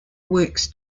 works